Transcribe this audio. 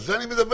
על זה אני מדבר.